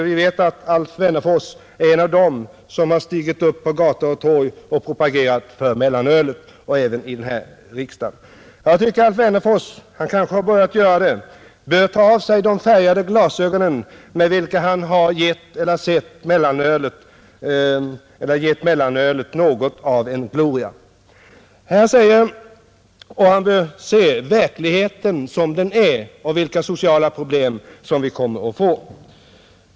Vi vet att Alf Wennerfors är en av dem som har stigit upp på gator och torg och även här i riksdagen och propagerat för mellanölet. Alf Wennerfors bör ta av sig de färgade glasögonen och se verkligheten som den är. Kanske har han redan börjat inse att han har gett mellanölet något av en gloria. Jag tror att det är rätt viktigt att också han uppmärksammar vilka sociala problem vi kommer att få.